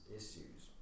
issues